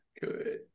good